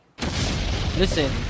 listen